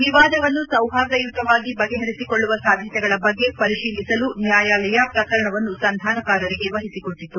ವಿವಾದವನ್ನು ಸೌಹಾರ್ದಯುತವಾಗಿ ಬಗೆಹರಿಸಿಕೊಳ್ಳುವ ಸಾಧ್ಯತೆಗಳ ಬಗ್ಗೆ ಪರಿಶೀಲಿಸಲು ನ್ವಾಯಾಲಯ ಪ್ರಕರಣವನ್ನು ಸಂಧಾನಕಾರರಿಗೆ ವಹಿಸಿಕೊಟ್ಟತ್ತು